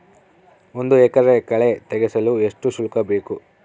ಒಂದು ಎಕರೆ ಕಳೆ ತೆಗೆಸಲು ಎಷ್ಟು ಶುಲ್ಕ ಬೇಕು?